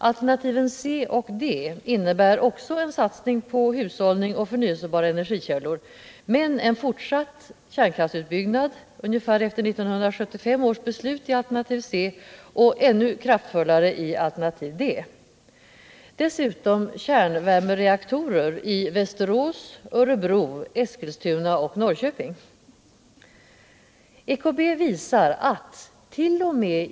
Alternativen C och D innebär också en satsning på hushållning och förnyelsebara energikällor men en fortsatt kärnkraftsutbyggnad ungefär enligt 1975 års beslut i alternativ C och ännu kraftfullare i alternativ D samt dessutom kärnvärmereaktorer i Västerås, Örebro, Eskilstuna och Norrköping. EKB visar attt.o.m.